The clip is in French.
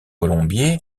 colombier